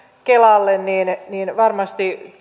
kelalle varmasti